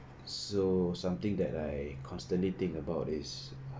so something that I constantly think about is